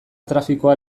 trafikoa